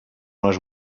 les